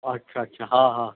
اچھا اچھا ہاں ہاں